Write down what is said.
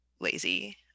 lazy